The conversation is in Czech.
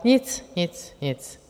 Nic, nic, nic.